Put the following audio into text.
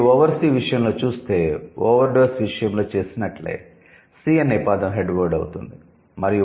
మరియు 'over sea' విషయంలో చూస్తే 'ఓవర్ డోస్' విషయంలో చేసినట్లే 'సీ' అనే పదం 'హెడ్ వర్డ్' అవుతుoది